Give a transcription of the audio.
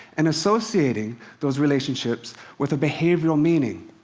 and associating those relationships with a behavioral meaning,